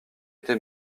été